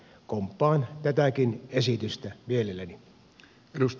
komppaan tätäkin esitystä mielelläni